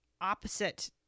opposite